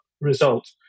result